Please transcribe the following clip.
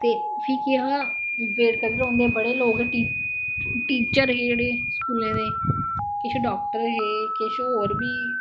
ते फिह् के हा बेट करदे रौंहदे है बडे़ लोक टीचर हे जेहडे़ स्कूलें दे किश डाॅक्टर हे किश और हे